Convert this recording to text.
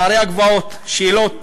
נערי הגבעות, שאלות: